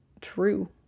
true